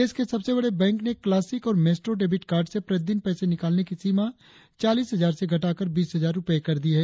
देश के सबसे बड़े बैंक ने क्लासिक और मेस्ट्रो डेबिट कार्ड्र्स से प्रतिदिन पैसे निकालने की सीमा चालीस हजार रुपये से घटाकर बीस हजार रुपये कर दी है